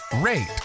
rate